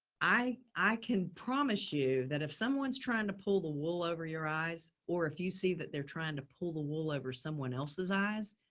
i i can promise you that if someone's trying to pull the wool over your eyes or if you see that they're trying to pull the wool over someone else's eyes,